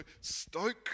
stoke